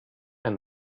and